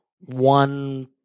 one